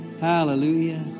Hallelujah